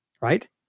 Right